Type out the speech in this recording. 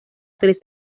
tres